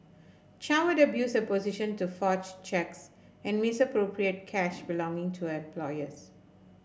Chow had abused her position to forge cheques and misappropriate cash belonging to her employers